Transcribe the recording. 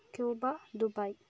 Cuba Dubai